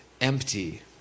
empty